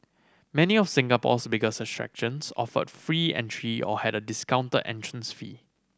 many of Singapore's biggest attractions offered free entry or had a discounted entrance fee